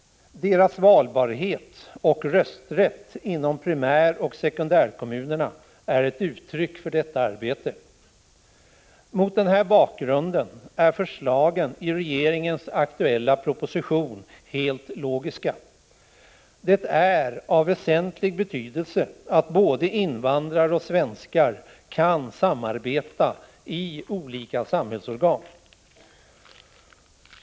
Deras valbarhet och rösträtt inom primäroch sekundärkommunerna är ett uttryck för detta arbete. Mot den bakgrunden är förslagen i regeringens aktuella proposition helt logiska. Det är av väsentlig betydelse att invandrare och svenskar kan samarbeta i olika samhällsorgan.